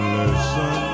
listen